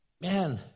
Man